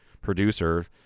producer